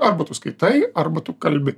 arba tu skaitai arba tu kalbi